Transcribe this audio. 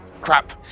Crap